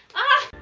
aah!